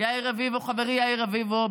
חברי יאיר רביבו,